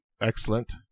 excellent